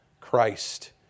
Christ